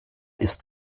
ist